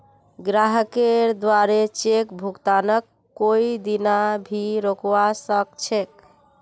ग्राहकेर द्वारे चेक भुगतानक कोई दीना भी रोकवा सख छ